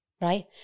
Right